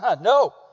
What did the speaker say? no